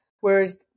Whereas